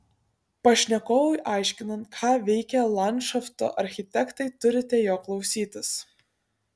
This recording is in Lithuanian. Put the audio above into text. pašnekovui aiškinant ką veikia landšafto architektai turite jo klausytis